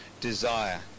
desire